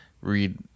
read